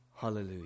Hallelujah